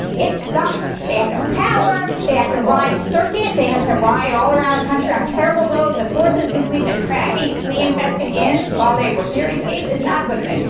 it sucks. they have no power. they have to ride circuit. they had to ride all around the country on terrible roads with horses and sleep in crappy flea-infested inns while they were hearing cases. not a good thing.